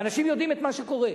ואנשים יודעים את מה שקורה,